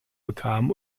bekam